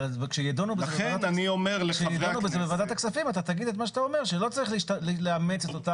אז אני אומר כשידונו בזה בוועדת הכספים תגיד שלא צריך לאמץ את אותה